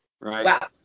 Right